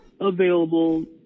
available